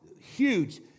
huge